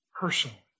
personally